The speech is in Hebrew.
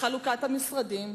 בחלוקת המשרדים,